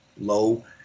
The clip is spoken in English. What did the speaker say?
low